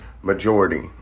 majority